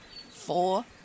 four